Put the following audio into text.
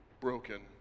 broken